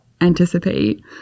anticipate